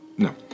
No